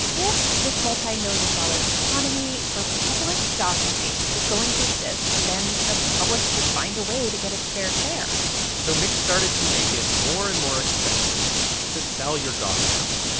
if this multimillion dollar economy for public dock space was going to exist, then the public should find a way to get its fair share so mick started to make it more and more expensive to sell your dock permit.